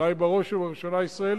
אולי בראש ובראשונה ישראל,